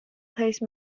place